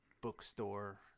bookstore